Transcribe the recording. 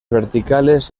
verticales